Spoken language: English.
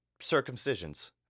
circumcisions